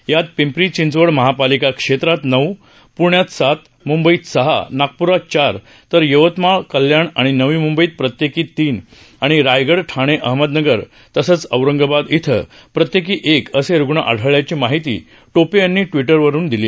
यात पिंपरी चिंचवड महानगरपालिका क्षेत्रात नऊ प्ण्यात सात मुंबईत सहा नागपूरात चार तर यवतमाळ कल्याण आणि नवी मुंबईत प्रत्येकी तीन आणि रायगड ठाणे अहमदनगर तसंच औरंगाबाद इथं प्रत्येकी एक असे रुग्ण आढळ्ल्याची माहिती टोपे यांनी ट्विटरवरुन दिली